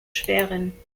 schwerin